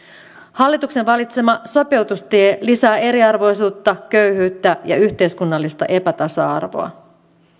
hallituksen valitsema sopeutustie lisää eriarvoisuutta köyhyyttä ja yhteiskunnallista epätasa arvoa